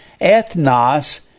ethnos